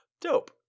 Dope